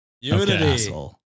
Unity